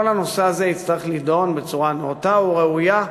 כל הנושא הזה יצטרך להידון בצורה נאותה וראויה,